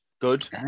Good